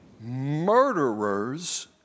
murderers